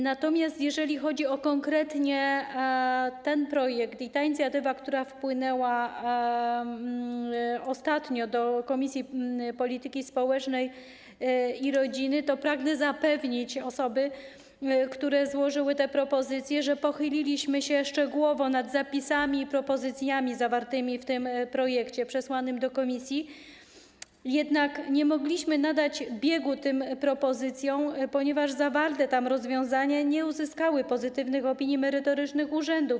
Natomiast jeżeli chodzi konkretnie o projekt i inicjatywę, która wpłynęła ostatnio do Komisji Polityki Społecznej i Rodziny, to pragnę zapewnić osoby, które złożyły te propozycje, że pochyliliśmy się szczegółowo nad zapisami i propozycjami zawartymi w projekcie przesłanym do komisji, jednak nie mogliśmy nadać im biegu, ponieważ zawarte tam rozwiązania nie uzyskały pozytywnych opinii merytorycznych urzędów.